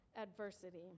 adversity